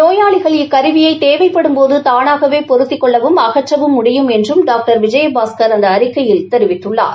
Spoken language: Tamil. நோயாளிகள் இக்கருவியை தேவைப்படும் போது தானாகவே பொருத்திக் கொள்ளவும் அகற்றவும் முடியும் என்றும் டாக்டர் விஜயபாஸ்கர் அந்த அறிக்கையில் தெரிவித்துள்ளார்